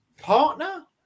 partner